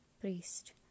priest